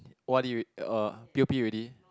o_r_d re~ uh p_o_p already